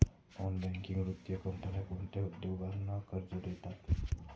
Non banking वित्तीय कंपन्या कोणत्या उद्योगांना कर्ज देतात?